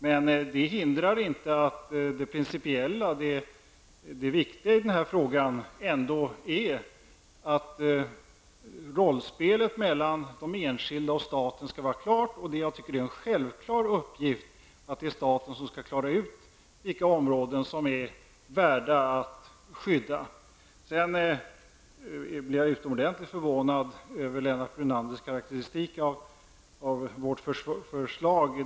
Men det förhindrar inte att det principiella, det viktiga i frågan ändå är att rollspelet mellan de enskilda och staten skall vara klart, och det är enligt min mening en självklarhet att det är staten som skall klara ut vilka områden som är värda att skydda. Jag blev utomordentligt förvånad över Lennart Brunanders karakteristik av vårt förslag.